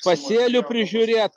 pasėlių prižiūrėt